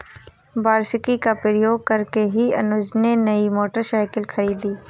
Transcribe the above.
वार्षिकी का प्रयोग करके ही अनुज ने नई मोटरसाइकिल खरीदी